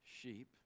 sheep